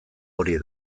hori